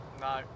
no